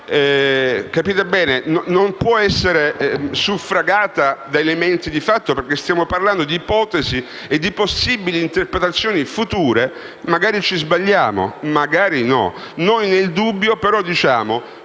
preoccupazione non può essere suffragata da elementi di fatto, perché stiamo parlando di ipotesi e possibili interpretazioni future. Magari ci sbagliamo o magari no, ma nel dubbio vorremmo